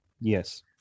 Yes